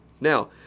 Now